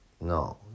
no